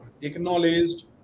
acknowledged